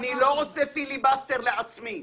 אני לא עושה פיליבסטר לעצמי.